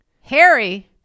Harry